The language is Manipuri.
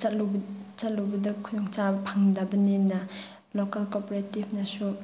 ꯆꯠꯂꯨꯕ ꯆꯠꯂꯨꯕꯗ ꯈꯨꯗꯣꯡ ꯆꯥꯕ ꯐꯪꯗꯕꯅꯤꯅ ꯂꯣꯀꯜ ꯀꯣꯑꯣꯄꯔꯦꯇꯤꯐꯅꯁꯨ